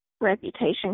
reputation